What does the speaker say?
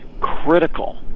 critical